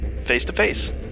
face-to-face